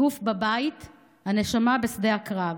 / הגוף בבית, הנשמה בשדה הקרב.